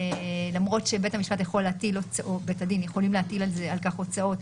למרות שבית הדין יכול להטיל על כך הוצאות,